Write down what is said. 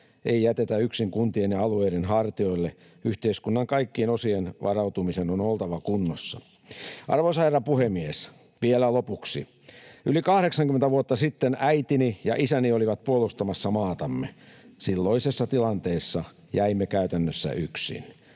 ei jätetä yksin kuntien ja alueiden hartioille — yhteiskunnan kaikkien osien varautumisen on oltava kunnossa. Arvoisa herra puhemies! Vielä lopuksi: Yli 80 vuotta sitten äitini ja isäni olivat puolustamassa maatamme. Silloisessa tilanteessa jäimme käytännössä yksin.